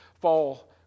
fall